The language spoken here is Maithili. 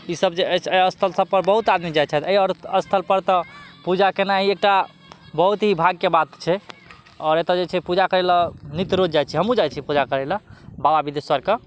ई सब जे अछि एहि स्थल सब पर बहुत आदमी जाइ छथि एहि स्थल पर तऽ पूजा केनाइ एकटा बहुत ही भाग्यके बात छै आओर एतऽ जे छै पूजा करय लऽ नित्य रोज जाइ छी हमहुँ जाइ छी पूजा करय लए बाबा बिदेश्वरके